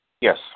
Yes